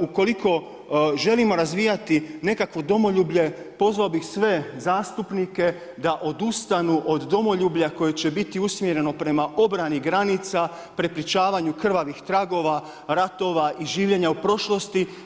ukoliko želimo razvijati nekakvo domoljublje, pozvao bi sve zastupnike, da odustanu od domoljublja koje će biti usmjereno prema obrani granica, prepričavanju krvavih tragova, ratova i življenja u prošlosti.